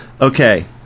Okay